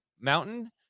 mountain